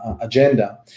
agenda